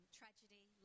tragedy